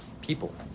people